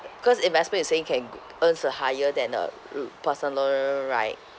cause investment you saying can earns a higher than a l~ personal right